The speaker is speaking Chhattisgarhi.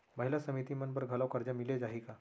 महिला समिति मन बर घलो करजा मिले जाही का?